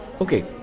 okay